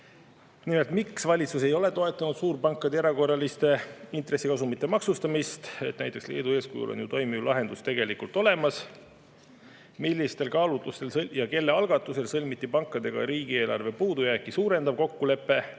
Nimelt: miks ei ole valitsus toetanud suurpankade erakorraliste intressikasumite maksustamist? Näiteks Leedu eeskujul on toimiv lahendus olemas. Millistel kaalutlustel ja kelle algatusel sõlmiti pankadega riigieelarve puudujääki suurendav kokkulepe,